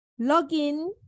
login